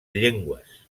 llengües